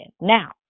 Now